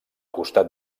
costat